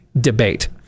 DEBATE